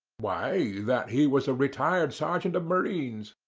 why, that he was a retired sergeant of marines.